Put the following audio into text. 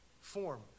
form